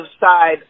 side